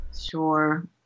Sure